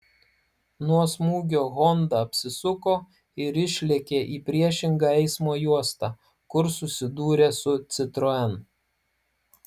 nuo smūgio honda apsisuko ir išlėkė į priešingą eismo juostą kur susidūrė su citroen